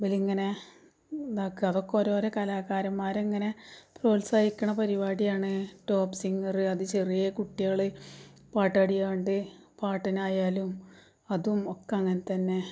അവരിങ്ങനെ ഇതാക്കുക അതൊക്കെ ഓരോരോ കലാകാരന്മാരിങ്ങനെ പ്രോത്സാൽഹിപ്പിക്കുന്ന പരിപാടിയാണ് ടോപ് സിംഗറ് അത് ചെറിയ കുട്ടികൾ പാട്ടുപാടിക്കൊണ്ട് പാട്ടിനായാലും അതും ഒക്കെ അങ്ങനെ തന്നെ